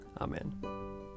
Amen